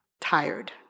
tired